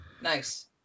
Nice